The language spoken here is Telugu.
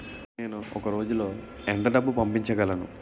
నేను ఒక రోజులో ఎంత డబ్బు పంపించగలను?